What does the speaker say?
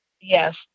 Yes